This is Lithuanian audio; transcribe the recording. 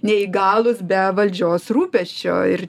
neįgalūs be valdžios rūpesčio ir